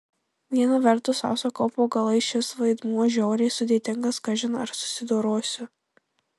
viena vertus sau sakau po galais šis vaidmuo žiauriai sudėtingas kažin ar susidorosiu